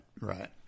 right